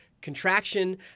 contraction